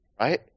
Right